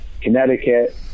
connecticut